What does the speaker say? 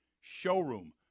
showroom